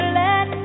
let